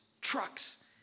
trucks